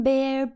Bear